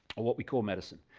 or what we call medicine.